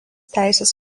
teisės